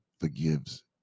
forgives